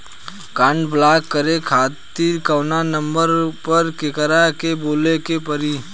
Card block करे खातिर कवना नंबर पर केकरा के बोले के परी?